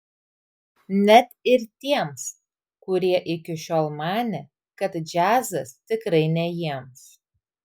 net ir tiems kurie iki šiol manė kad džiazas tikrai ne jiems